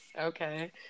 Okay